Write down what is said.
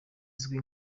azwi